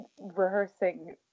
rehearsing